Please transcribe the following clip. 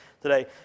today